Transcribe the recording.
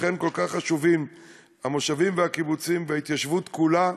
לכן כל כך חשובים המושבים והקיבוצים וההתיישבות כולה,